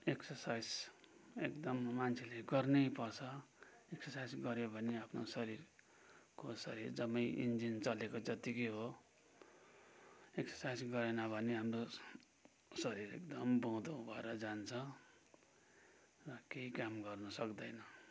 exercise एकदम मान्छेले गर्नै पर्छ एक्सर्साइस गऱ्यो भने आफ्नो शरीर कोशहरू जम्मै इन्जिन चलेको जत्तिकै हो एक्सर्साइस गरेन भने हाम्रो शरीर एकदम बोधो भएर जान्छ केही काम गर्न सक्दैन